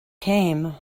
came